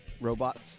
robots